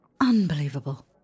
Unbelievable